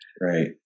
Right